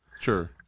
Sure